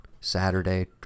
Saturday